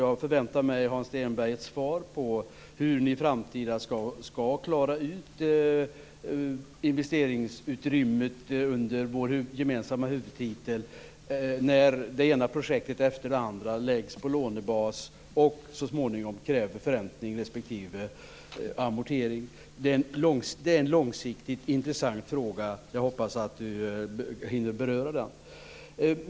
Jag förväntar mig, Hans Stenberg, ett svar på frågan hur ni i framtiden skall klara ut detta med investeringsutrymmet under vår gemensamma huvudtitel. Det ena projektet efter det andra läggs ju på lånebas så att de så småningom kommer att kräva förränting respektive amortering. Det är en långsiktigt intressant fråga. Jag hoppas att Hans Stenberg hinner beröra den. Herr talman!